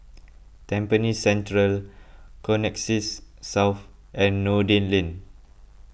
Tampines Central Connexis South and Noordin Lane